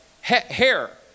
Hair